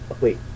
Wait